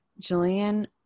Jillian